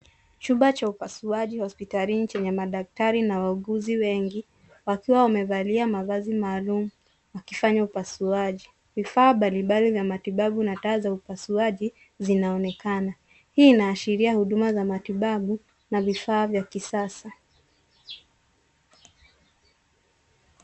Chumba cha upasuaji hospitalini chenye madaktari na wauguzi wengi wakiwa wamevalia mavazi maalum wakifanya upasuaji. Vifaa mbalimbali vya matibabu na taa za upasuaji zinaonekana. Hii inaashiria huduma za matibabu na vifaa vya kisasa.